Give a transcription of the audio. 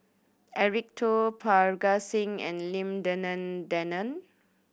Eric Teo Parga Singh and Lim Denan Denon